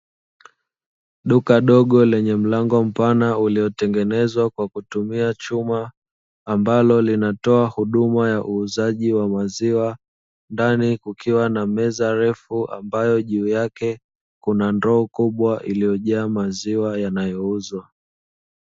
Duka dogo lenye mlango mpana uliotengenezwa kwa kutumia chuma, ambalo linatoa huduma ya uuzaji wa maziwa. Ndani kukiwa na meza refu ambayo juu yake, kuna ndoo kubwa iliyojaa maziwa yanayouzwa.